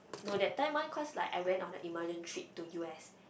no that time one cause like I went on an emergent trip to U_S